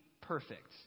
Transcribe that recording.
perfect